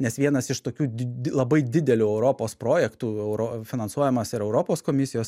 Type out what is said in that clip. nes vienas iš tokių did labai didelių europos projektų euro finansuojamas ir europos komisijos